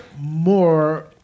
more